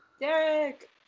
Derek